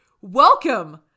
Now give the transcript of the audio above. welcome